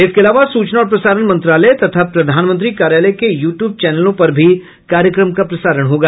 इसके अलावा सूचना और प्रसारण मंत्रालय तथा प्रधानमंत्री कार्यालय के यू ट्यूब चैनलों पर भी कार्यक्रम का प्रसारण होगा